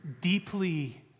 deeply